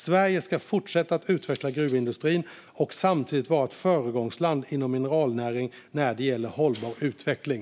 Sverige ska fortsätta att utveckla gruvindustrin och samtidigt vara ett föregångsland inom mineralnäringen när det gäller hållbar utveckling.